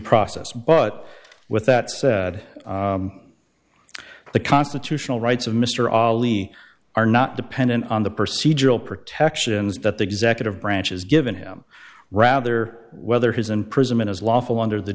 process but with that said the constitutional rights of mr ali are not dependent on the procedural protections that the executive branch has given him rather whether his imprisonment is lawful under the